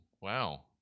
Wow